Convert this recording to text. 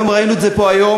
ראינו את זה פה היום,